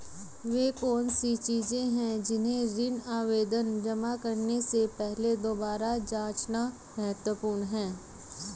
वे कौन सी चीजें हैं जिन्हें ऋण आवेदन जमा करने से पहले दोबारा जांचना महत्वपूर्ण है?